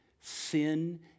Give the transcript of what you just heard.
sin